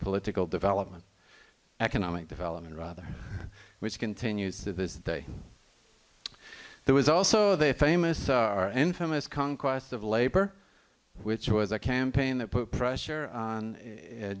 political development economic development rather which continues to this day there was also the famous our infamous conquest of labor which was a campaign that put pressure on